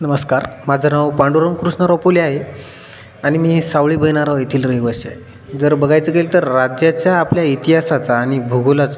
नमस्कार माझं नाव पांडुरंग कृष्णराव पोले आहे आणि मी सावळी बहिनारा येथील रहिवासी आहे जर बघायचं गेलं तर राज्याच्या आपल्या इतिहासाचा आणि भूगोलाचा